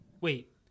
Wait